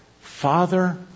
Father